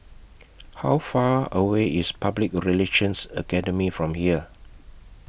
How Far away IS Public Relations Academy from here